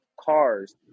cars